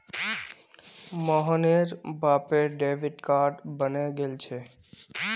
मोहनेर बापेर debit card बने गेल छे